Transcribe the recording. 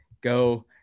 go